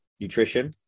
Nutrition